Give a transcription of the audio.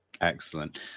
Excellent